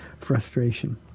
frustration